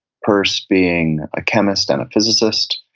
peirce being a chemist and a physicist.